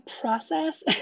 process